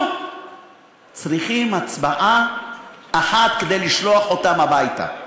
אנחנו צריכים הצבעה אחת כדי לשלוח אותם הביתה,